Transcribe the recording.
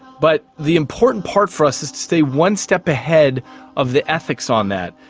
but the important part for us is to stay one step ahead of the ethics on that,